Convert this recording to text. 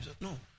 No